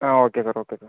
ആ okay sir okay sir